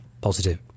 positive